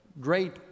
great